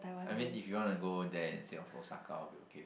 I mean if you wanna go there instead of Osaka I'll be okay